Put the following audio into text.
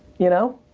you know?